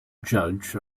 judge